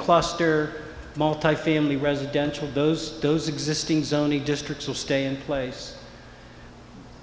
cluster multifamily residential those those existing zoning districts will stay in place